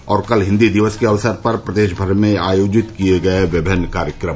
और कल हिन्दी दिवस के अवसर पर प्रदेश भर में आयोजित किये गये विभिन्न कार्यक्रम